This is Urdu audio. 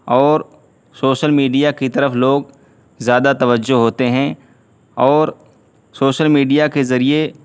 اور سوشل میڈیا کی طرف لوگ زیادہ توجہ ہوتے ہیں اور سوشل میڈیا کے ذریعے